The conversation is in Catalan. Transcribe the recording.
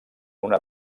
una